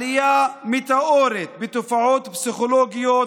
עלייה מטאורית בתופעות פסיכולוגיות